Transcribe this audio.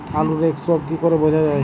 আলুর এক্সরোগ কি করে বোঝা যায়?